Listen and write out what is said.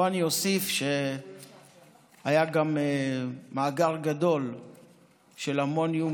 פה אוסיף שהיה גם מאגר גדול של אמוניום